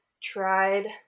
tried